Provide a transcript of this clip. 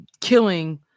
killing